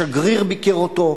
השגריר ביקר אותו,